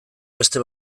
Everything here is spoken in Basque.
beste